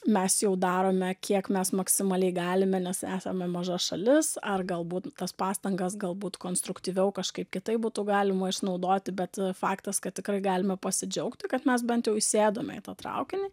mes jau darome kiek mes maksimaliai galime nes esame maža šalis ar galbūt tas pastangas galbūt konstruktyviau kažkaip kitaip būtų galima išnaudoti bet faktas kad tikrai galime pasidžiaugti kad mes bent jau įsėdome į tą traukinį